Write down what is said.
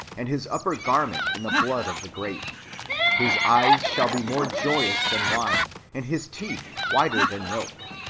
and his upper garment in the blood of the grape his eyes shall be more joyous than wine, and his teeth whiter than milk.